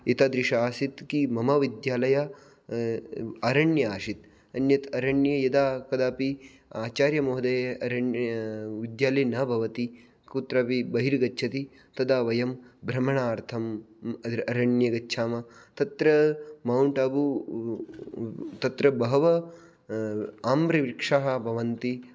एतादृशः आसीत् कि मम विद्यालयः अरण्ये आसीत् अन्यत् अरण्ये यदा कदापि आचार्यमहोदयः अरण् विद्यालये न भवति कुत्रापि बहिर्गच्छति तदा वयं भ्रमणार्थम् अर् अरण्ये गच्छामः तत्र मौण्ट् आबू तत्र बहवः आम्रवृक्षाः भवन्ति